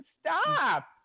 Stop